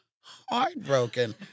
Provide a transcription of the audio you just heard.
heartbroken